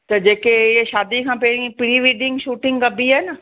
त जेके इहे शादी खां पहिरीं प्रीविडिंग शूटिंग कबी आहे न